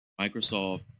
Microsoft